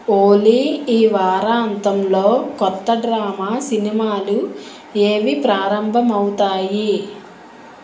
ఓలీ ఈ వారాంతంలో కొత్త డ్రామా సినిమాలు ఏవి ప్రారంభమవుతాయి